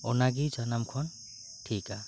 ᱚᱱᱟᱜᱮ ᱥᱟᱱᱟᱢ ᱠᱷᱚᱱ ᱴᱷᱤᱠᱟ